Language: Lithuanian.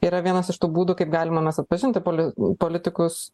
yra vienas iš tų būdų kaip galime mes atpažinti poli politikus